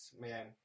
man